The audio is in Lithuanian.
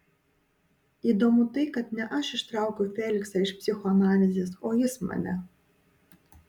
įdomu tai kad ne aš ištraukiau feliksą iš psichoanalizės o jis mane